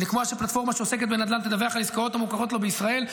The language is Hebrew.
ולקבוע שפלטפורמה שעוסקת בנדל"ן תדווח על עסקאות המוכרות לו בישראל.